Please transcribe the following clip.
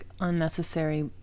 unnecessary